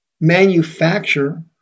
manufacture